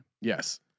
Yes